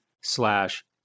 slash